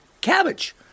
cabbage